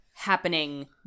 happening